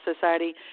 Society